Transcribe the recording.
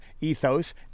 Ethos